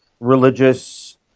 religious